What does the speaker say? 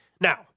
Now